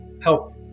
Help